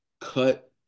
cut